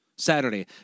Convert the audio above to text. Saturday